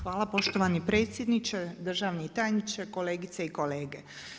Hvala poštovani predsjedniče, državni tajniče, kolegice i kolege.